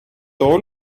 all